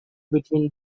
between